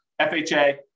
FHA